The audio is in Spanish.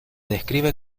describe